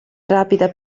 rapida